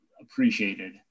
appreciated